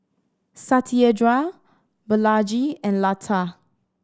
Satyendra Balaji and Lata